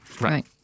Right